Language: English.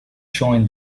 join